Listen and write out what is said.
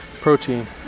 protein